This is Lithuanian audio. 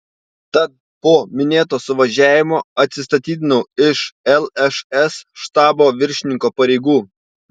tad po minėto suvažiavimo atsistatydinau iš lšs štabo viršininko pareigų